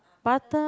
butter